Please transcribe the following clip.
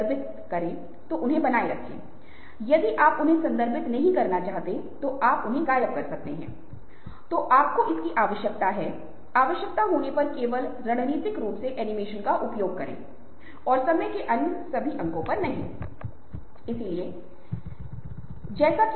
इसलिए प्रमुख उदाहरण उदाहरण के लिए यदि आप समकालीन संदर्भ को देख रहे हैं तो फेसबुक का समाचार फ़ीड यकीनन पृथ्वी का सबसे महत्वपूर्ण सूचना स्रोत है ब्रेकिंग न्यूज से लेकर बेबी पिक्चर्स तक हर चीज के लिए 19 बिलियन लोग रोज आते हैं इसलिए इस पर ध्यान देने की जरूरत है